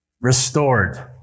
restored